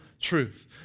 truth